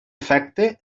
efecte